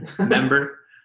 Member